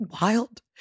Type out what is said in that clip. Wild